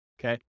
okay